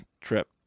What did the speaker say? trip